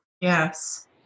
Yes